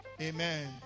Amen